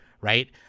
right